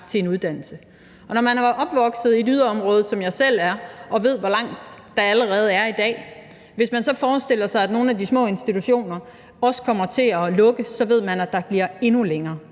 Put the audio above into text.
til en uddannelse. Og når man er opvokset i et yderområde, hvad jeg selv er, ved man, hvor langt der allerede i dag er, og hvis nogle af de små institutioner også kommer til at lukke, så ved man, at der bliver endnu længere.